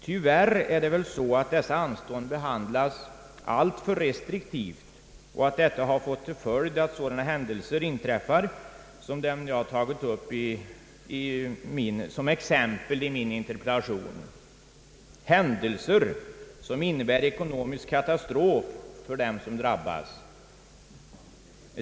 Tyvärr är det väl så att dessa anstånd behandlats alltför restriktivt och detta har fått till följd att sådana händelser inträffar som dem jag lämnat exempel på i min interpellation, händelser som innebär ekonomisk katastrof för dem som drabbas.